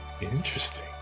Interesting